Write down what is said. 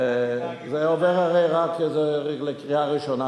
זה עובר לקריאה ראשונה.